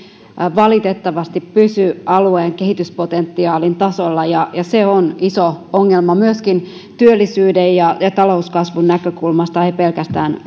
valitettavasti pysy alueen kehityspotentiaalin tasolla ja se on iso ongelma myöskin työllisyyden ja talouskasvun näkökulmasta ei pelkästään